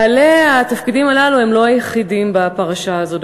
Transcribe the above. בעלי התפקידים הללו הם לא היחידים בפרשה הזאת,